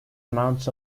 amounts